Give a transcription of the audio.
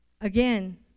Again